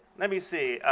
let me see,